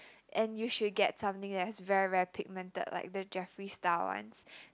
and you should get something that is very very pigmented like the Jeffree style ones